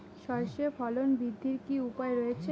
সর্ষের ফলন বৃদ্ধির কি উপায় রয়েছে?